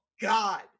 God